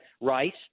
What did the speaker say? Rice